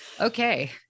Okay